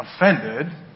offended